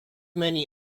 many